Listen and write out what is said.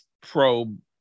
probe